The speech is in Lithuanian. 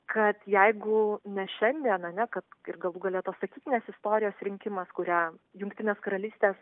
kad jeigu ne šiandien ar ne kad ir galų gale tos sakytinės istorijos rinkimas kurią jungtinės karalystės